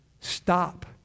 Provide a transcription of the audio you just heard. stop